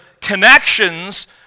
connections